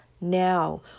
now